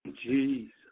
Jesus